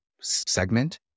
segment